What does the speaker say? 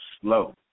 slow